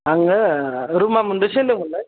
आङो रुमा मोनबैसे होनदोंमोनलाय